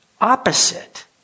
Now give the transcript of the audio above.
Opposite